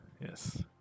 yes